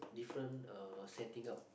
different uh setting up